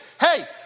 hey